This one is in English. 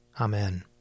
Amen